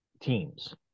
teams